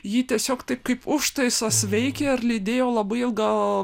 jį tiesiog taip kaip užtaisas veikė ar lydėjo labai ilgą